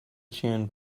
tune